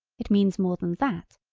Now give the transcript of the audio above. it means more than that,